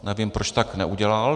Nevím, proč tak neudělal.